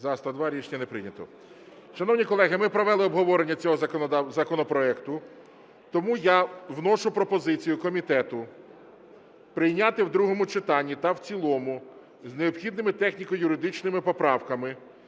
За-102 Рішення не прийнято. Шановні колеги, ми провели обговорення цього законопроекту. Тому я вношу пропозицію комітету прийняти в другому читанні та в цілому з необхідними техніко-юридичними поправками